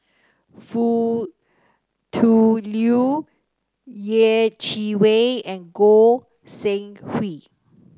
Foo Tui Liew Yeh Chi Wei and Goi Seng Hui